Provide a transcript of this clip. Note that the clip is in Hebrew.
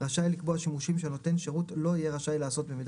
רשאי לקבוע שימושים שנותן שירות לא יהיה רשאי לעשות במידע